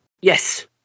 Yes